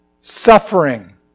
suffering